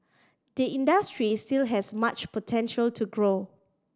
the industry still has much potential to grow